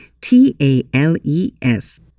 T-A-L-E-S